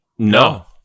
No